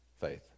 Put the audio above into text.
faith